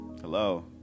Hello